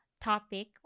topic